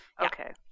okay